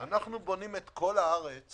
אנו בונים את כל הארץ